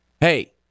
hey